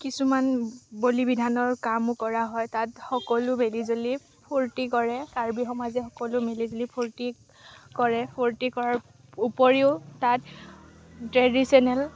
কিছুমান বলি বিধানৰ কামো কৰা হয় তাত সকলো মিলি জুলি ফুৰ্তি কৰে কাৰ্বি সমাজে সকলো মিলি জুলি ফুৰ্তি কৰে ফুৰ্তি কৰাৰ ওপৰিও তাত ট্ৰেডিশ্যনেল